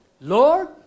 Lord